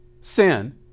sin